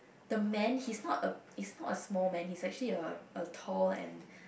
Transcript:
the man he's not is not a small man he's actually a tall and